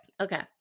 okay